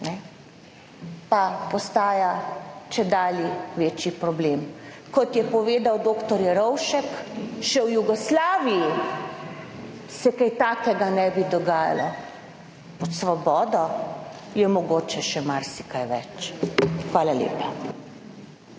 pa postaja čedalje večji problem, kot je povedal dr. Jerovšek, še v Jugoslaviji se kaj takega ne bi dogajalo. pod svobodo je mogoče še marsikaj več. Hvala lepa.